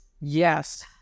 Yes